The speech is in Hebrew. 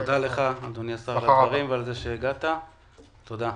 תודה לך על הדברים ועל זה שהגעת, תודה.